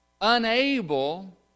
unable